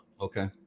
Okay